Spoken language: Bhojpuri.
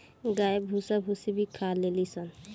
गाय भूसा भूसी भी खा लेली सन